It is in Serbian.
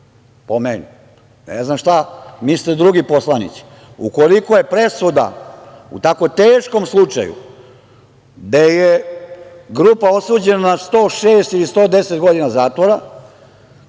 po meni. Ne znam šta misle drugi poslanici? Ukoliko je presuda u tako teškom slučaju, gde je grupa osuđena na 106 ili 110 godina zatvora,